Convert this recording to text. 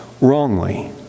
wrongly